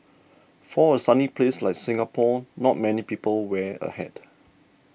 for a sunny place like Singapore not many people wear a hat